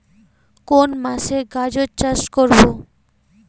কোন মাসে গাজর চাষ করব?